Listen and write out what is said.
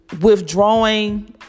withdrawing